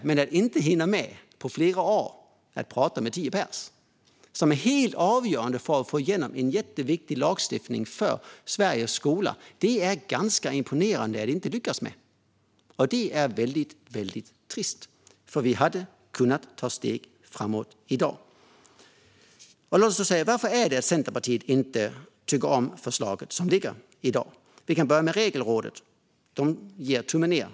Men att under flera år lyckas med att inte hinna prata med tio personer, som är helt avgörande för att få igenom lagstiftning som är jätteviktig för Sveriges skola, är ganska imponerande. Det är väldigt trist, för vi hade kunnat ta steg framåt i dag. Någon kanske undrar varför Centerpartiet inte tycker om det förslag som finns i dag. Vi kan börja med Regelrådet, som ger tummen ned.